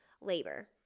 labor